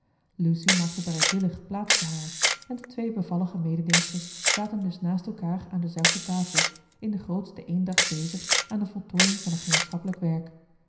lucy maakte bereidwillig plaats voor haar en de twee bevallige mededingsters zaten dus naast elkaar aan de zelfde tafel in de grootste eendracht bezig aan de voltooiing van een gemeenschappelijk werk